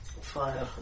fire